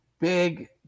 big